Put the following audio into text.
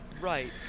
right